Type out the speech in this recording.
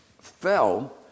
fell